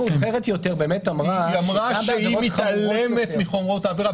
אמרה שהיא מתעלמת מחומרת העברה.